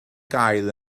gael